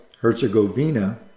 Herzegovina